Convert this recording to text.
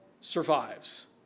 survives